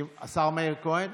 השר מאיר כהן.